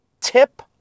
tip